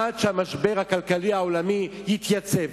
עד שהמשבר הכלכלי העולמי יתייצב.